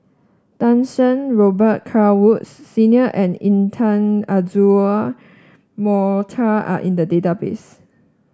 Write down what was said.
Tan Shen Robet Carr Woods Senior and Intan Azura Mokhtar are in the database